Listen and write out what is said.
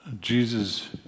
Jesus